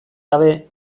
gabe